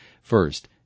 First